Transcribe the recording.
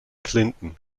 clinton